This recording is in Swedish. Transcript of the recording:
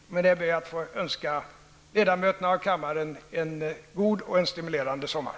Med det anförda ber jag att få önska kammarens ledamöter en god och en stimulerande sommar.